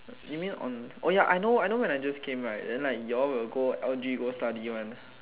you mean on oh ya I know I know when I just came right then like you all will go L_G go study one